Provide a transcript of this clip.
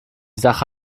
sache